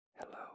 Hello